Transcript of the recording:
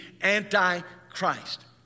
anti-Christ